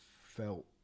felt